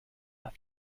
are